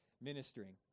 ministering